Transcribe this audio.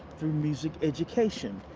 through music education.